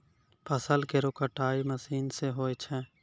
फसल केरो कटाई मसीन सें होय छै